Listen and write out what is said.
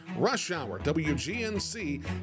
RushHourWGNC